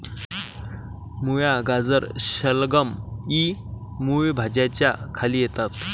मुळा, गाजर, शलगम इ मूळ भाज्यांच्या खाली येतात